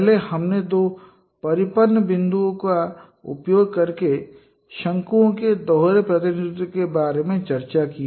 पहले हमने दो परिपत्र बिंदुओं का उपयोग करके शंकुओं के इस दोहरे प्रतिनिधित्व के बारे में चर्चा की है